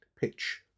pitch